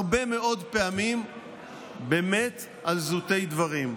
הרבה מאוד פעמים באמת על זוטי דברים.